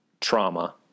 trauma